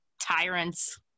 tyrants